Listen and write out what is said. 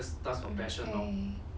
okay